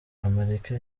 amerika